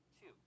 two